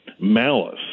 malice